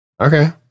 okay